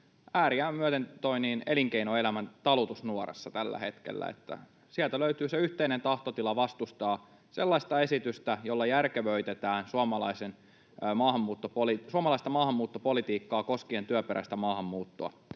ääriään myöten elinkeinoelämän talutusnuorassa tällä hetkellä. Sieltä löytyy se yhteinen tahtotila vastustaa sellaista esitystä, jolla järkevöitetään suomalaista maahanmuuttopolitiikkaa koskien työperäistä maahanmuuttoa.